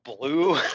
blue